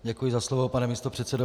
Děkuji za slovo, pane místopředsedo.